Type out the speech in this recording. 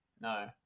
no